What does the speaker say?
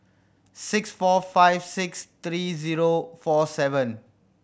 six four five six three zero four seven